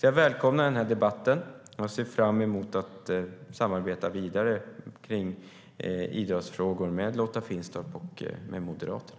Jag välkomnar den här debatten, och jag ser fram emot att samarbeta vidare kring idrottsfrågor med Lotta Finstorp och med Moderaterna.